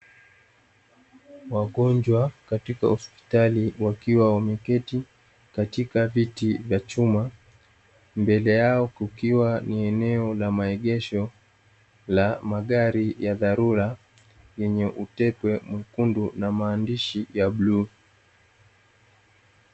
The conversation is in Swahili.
Wagonjwa katika hospitali wakiwa wameketi katika viti vya chuma mbele yao kukiwa ni eneo la maegesho la magari ya dharura yenye utepe mwekundu na maandishi ya bluu.